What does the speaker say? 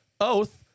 oath